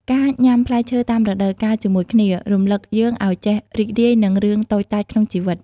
ការញ៉ាំផ្លែឈើតាមរដូវកាលជាមួយគ្នា រំលឹកយើងឱ្យចេះរីករាយនឹងរឿងតូចតាចក្នុងជីវិត។